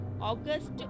August